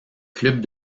club